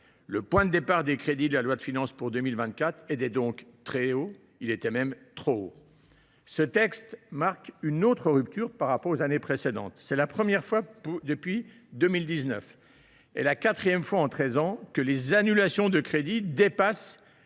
Le point de départ des crédits de la loi de finances pour 2024 était donc très haut. Il était même trop haut. Ce texte marque une autre rupture par rapport aux années précédentes : c’est la première fois depuis 2019 et la quatrième fois en treize ans que les annulations de crédits dépassent